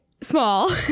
small